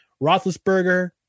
Roethlisberger